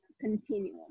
continuum